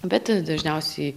bet dažniausiai